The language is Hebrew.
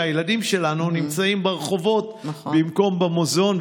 הילדים שלנו נמצאים ברחובות במקום במוזיאון,